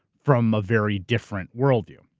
from a very different worldview.